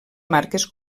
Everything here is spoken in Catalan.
marques